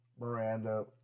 Miranda